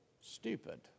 stupid